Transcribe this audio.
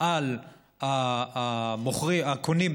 על הקונים,